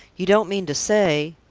you don't mean to say?